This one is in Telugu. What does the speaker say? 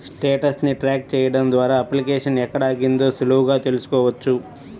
స్టేటస్ ని ట్రాక్ చెయ్యడం ద్వారా అప్లికేషన్ ఎక్కడ ఆగిందో సులువుగా తెల్సుకోవచ్చు